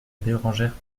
bérengère